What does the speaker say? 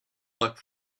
luck